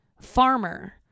farmer